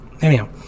anyhow